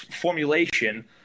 Formulation